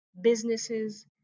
Businesses